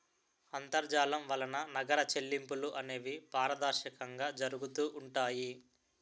అంతర్జాలం వలన నగర చెల్లింపులు అనేవి పారదర్శకంగా జరుగుతూ ఉంటాయి